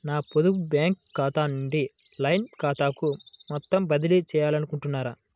నా పొదుపు బ్యాంకు ఖాతా నుంచి లైన్ ఖాతాకు మొత్తం బదిలీ చేయాలనుకుంటున్నారా?